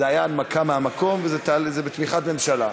זו הייתה הנמקה מהמקום וזה בתמיכת ממשלה.